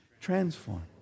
Transform